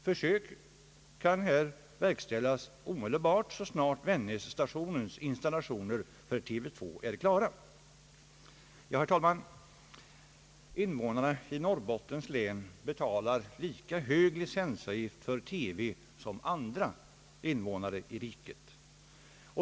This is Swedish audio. Försök härmed kan verkställas omedelbart sedan Vännässtationens installationer för TV 2 är klara. Herr talman! Invånarna i Norrbottens län betalar lika hög licensavgift för TV som andra invånare i riket.